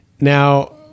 Now